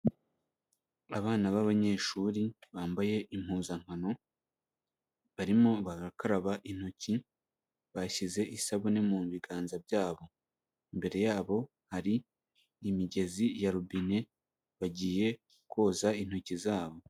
Abana b'abanyeshuri bambaye impuzankano barimo barakaraba intoki bashyize isabune mu biganza byabo, imbere yabo hari imigezi ya robine bagiye koza intoki zabo.